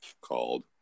called